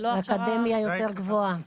אקדמיה יותר גבוהה.